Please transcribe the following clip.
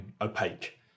opaque